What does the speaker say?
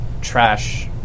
trash